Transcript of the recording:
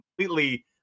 completely